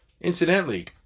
Incidentally